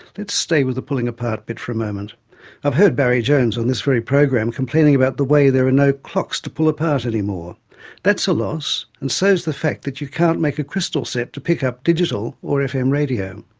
let's stay with the pulling-apart bit for a moment i've heard barry jones, on this very program, complaining about the way there are no clocks to pull apart any that's a loss, and so's the fact that you can't make a crystal set to pick up digital or fm radio.